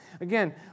Again